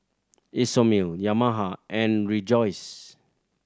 Isomil Yamaha and Rejoice